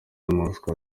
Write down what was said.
moscou